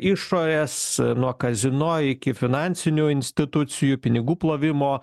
išorės nuo kazino iki finansinių institucijų pinigų plovimo